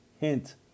hint